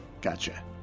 Gotcha